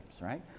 right